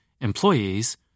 employees